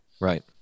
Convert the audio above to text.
Right